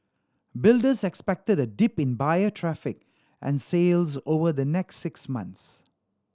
builders expected a dip in buyer traffic and sales over the next six months